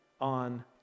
on